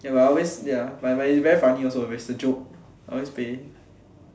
K lah I always ya but he very funny also he's a joke always play